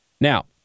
Now